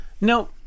No